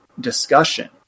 discussion